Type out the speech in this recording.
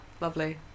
Lovely